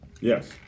Yes